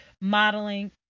modeling